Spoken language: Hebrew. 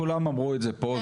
כולם אמרו את זה פה.